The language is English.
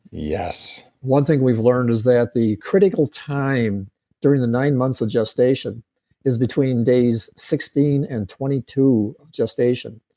yes one thing we've learned is that the critical time during the nine months of gestation is between days sixteen and twenty two of gestation.